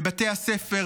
בבתי הספר,